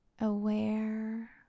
aware